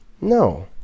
No